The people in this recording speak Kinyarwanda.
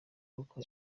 kuko